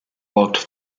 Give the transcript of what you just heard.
blocked